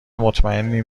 مطمئنیم